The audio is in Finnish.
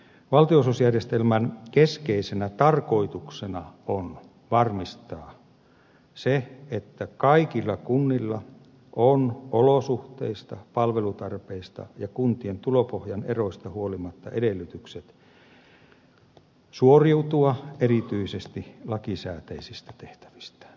valtionosuusjärjestelmän keskeisenä tarkoituksena on varmistaa se että kaikilla kunnilla on olosuhteista palvelutarpeista ja kuntien tulopohjan eroista huolimatta edellytykset suoriutua erityisesti lakisääteisistä tehtävistään